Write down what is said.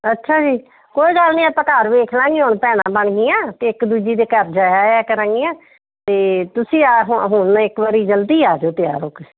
ਅੱਛਾ ਜੀ ਕੋਈ ਗੱਲ ਨਹੀਂ ਆਪਾਂ ਘਰ ਵੇਖ ਲਵਾਂਗੇ ਹੁਣ ਭੈਣਾਂ ਬਣ ਗਈਆਂ ਅਤੇ ਇੱਕ ਦੂਜੇ ਦੇ ਘਰ ਜਾਇਆ ਆਇਆ ਕਰਾਂਗੀਆਂ ਅਤੇ ਤੁਸੀਂ ਹੁਣ ਇੱਕ ਵਾਰ ਜਲਦੀ ਆ ਜਾਓ ਤਿਆਰ ਹੋ ਕੇ